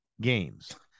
games